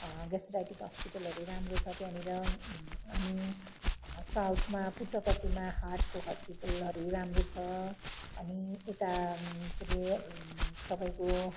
ग्यास्ट्राइटिक हस्पिटलहरू राम्रो छ त्यहाँनिर अनि साउथमा पुट्टपर्तीमा हार्टको हस्पिटलहरू राम्रो छ अनि यता के अरे तपाईँको